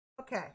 Okay